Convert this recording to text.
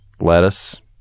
lettuce